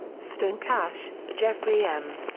stonecash, jeffrey m.